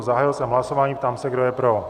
Zahájil jsem hlasování a ptám se, kdo je pro.